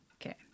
Okay